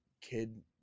kid